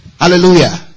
Hallelujah